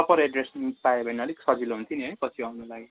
proper address पायो भने अलिक सजिलो हुन्थ्यो नि है पछि आउनु लागि